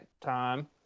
time